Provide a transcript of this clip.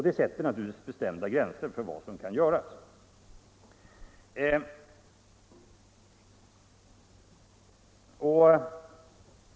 Det sätter naturligtvis bestämda gränser för vad som kan göras.